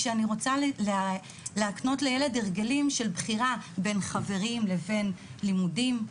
כשאני רוצה להקנות לילד הרגלים של בחירה בין חברים לבין לימודים.